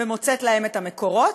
ומוצאת להם את המקורות,